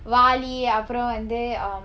வாளி அப்புறம் வந்து:vaali appuram vanthu um